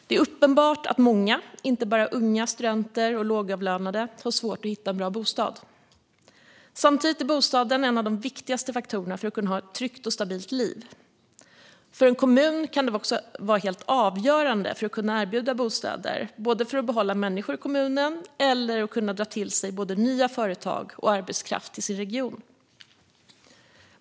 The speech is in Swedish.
Det är uppenbart att många, inte bara unga, studenter och lågavlönade, har svårt att hitta en bra bostad. Samtidigt är bostaden en av de viktigaste faktorerna för att kunna ha ett tryggt och stabilt liv. För en kommun kan det också vara helt avgörande att kunna erbjuda bostäder, både för att behålla människor i kommunen och för att locka både nya företag och arbetskraft till regionen.